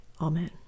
Amen